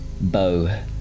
bow